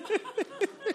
חברי הכנסת,